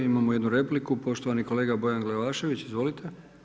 Imamo jednu repliku, poštovani kolega Bojan Glavašević, izvolite.